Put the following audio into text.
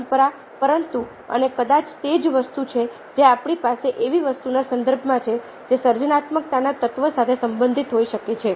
પરંપરા પરંતુ અને કદાચ તે જ વસ્તુ છે જે આપણી પાસે એવી વસ્તુના સંદર્ભમાં છે જે સર્જનાત્મકતાના તત્વ સાથે સંબંધિત હોઈ શકે છે